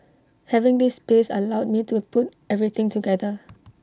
having this space allowed me to put everything together